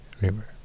River